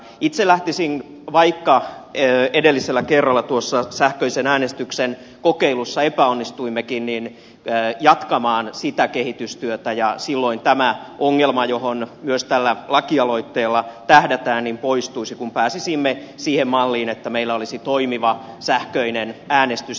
itse lähtisin vaikka edellisellä kerralla tuossa sähköisen äänestyksen kokeilussa epäonnistuimmekin jatkamaan sitä kehitystyötä ja silloin tämä ongelma johon myös tällä lakialoitteella tähdätään poistuisi kun pääsisimme siihen malliin että meillä olisi toimiva sähköinen äänestys